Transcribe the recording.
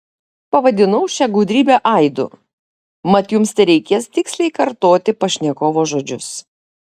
pavadinau šią gudrybę aidu mat jums tereikės tiksliai kartoti pašnekovo žodžius